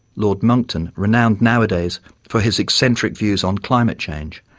lord monckton, renowned nowadays for his eccentric views on climate change,